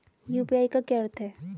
UPI का क्या अर्थ है?